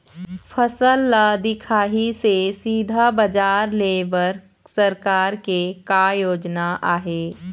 फसल ला दिखाही से सीधा बजार लेय बर सरकार के का योजना आहे?